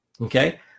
Okay